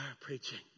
preaching